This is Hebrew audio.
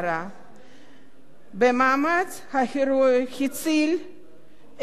במאמץ ההירואי להציל את שארית יהדות אירופה.